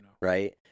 right